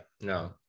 no